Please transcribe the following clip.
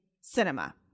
Cinema